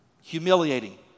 Humiliating